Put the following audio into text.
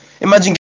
imagine